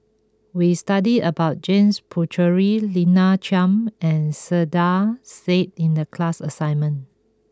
we studied about James Puthucheary Lina Chiam and Saiedah Said in the class assignment